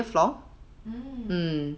hmm